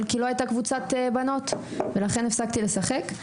כי לא היתה קבוצת בנות ולכן הפסקתי לשחק.